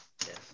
Yes